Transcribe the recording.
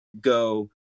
go